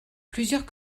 plusieurs